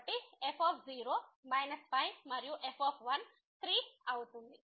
కాబట్టి f 5 మరియు f 3 అవుతుంది